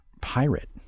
pirate